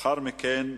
ולאחר מכן,